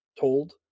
told